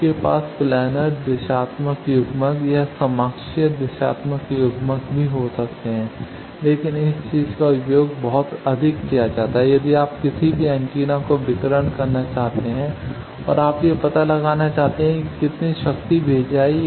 आपके पास प्लानर दिशात्मक युग्मक या समाक्षीय दिशात्मक युग्मक भी हो सकते हैं लेकिन इस चीज का उपयोग बहुत अधिक किया जाता है यदि आप किसी भी एंटीना को विकिरण करना चाहते हैं और आप यह पता लगाना चाहते हैं कि यह कितनी शक्ति भेज रहा है